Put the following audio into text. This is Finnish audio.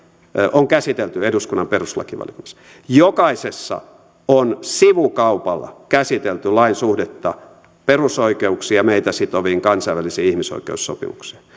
on käsitelty eduskunnan perustuslakivaliokunnassa jokaisessa on sivukaupalla käsitelty lain suhdetta perusoikeuksiin ja meitä sitoviin kansainvälisiin ihmisoikeussopimuksiin